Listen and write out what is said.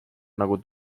nagu